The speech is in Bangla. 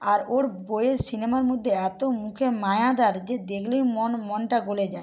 আর ওর বইয়ের সিনেমার মধ্যে এতো মুখের মায়াদার যে দেখলেই মন মনটা গলে যায়